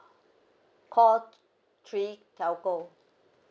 call three telco